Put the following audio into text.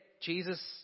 Jesus